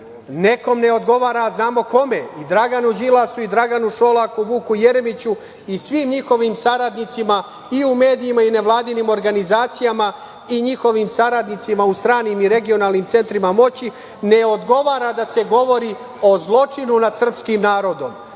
Nekom ne odgovara, a znamo kome, i Draganu Đilasu i Draganu Šolaku, Vuku Jeremiću i svim njihovim saradnicima, i u medijima, i nevladinim organizacijama, i njihovim saradnicima u stranim i regionalnim centrima moći, ne odgovara da se govori o zločinu nad srpskim narodom,